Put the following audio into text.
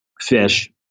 fish